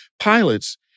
pilots